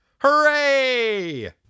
Hooray